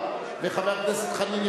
לחבר הכנסת חנין,